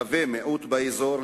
שהוא מיעוט באזור,